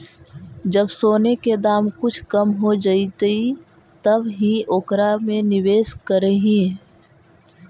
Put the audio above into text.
जब सोने के दाम कुछ कम हो जइतइ तब ही ओकरा में निवेश करियह